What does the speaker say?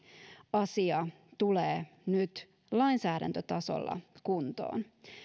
asia tulee nyt lainsäädäntötasolla kuntoon